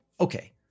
Okay